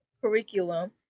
curriculum